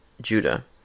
Judah